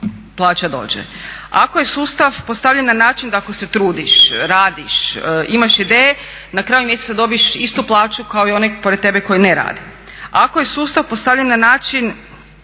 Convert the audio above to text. plaća dođe, ako je sustav postavljen na način da ako se trudiš, radiš, imaš ideje na kraju mjeseca dobiješ istu plaću kao i onaj pored tebe koji ne radi, ako je sustav postavljen na način